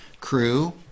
Crew